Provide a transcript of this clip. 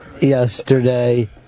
yesterday